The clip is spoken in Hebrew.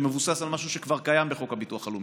שמבוסס על משהו שכבר קיים בחוק הביטוח הלאומי.